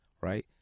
right